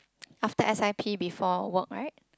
after S_I_P before work right